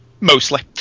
mostly